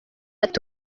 ati